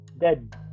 dead